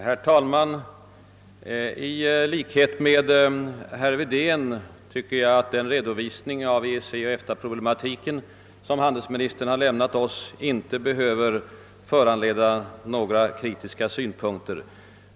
Herr talman! I likhet med herr Wedén tycker jag att den redovisning av EEC och EFTA-problematiken som handelsministern har lämnat oss inte behöver föranleda några kritiska synpunkter.